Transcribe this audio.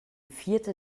vierte